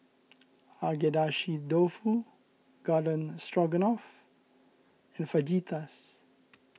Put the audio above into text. Agedashi Dofu Garden Stroganoff and Fajitas